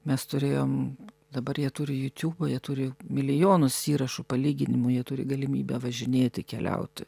mes turėjom dabar jie turi jutiūbą jie turi milijonus įrašų palyginimui jie turi galimybę važinėti keliauti